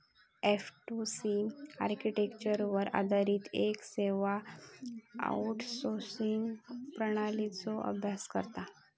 F two C आर्किटेक्चरवर आधारित येक सेवा आउटसोर्सिंग प्रणालीचो अभ्यास करता